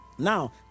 Now